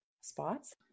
spots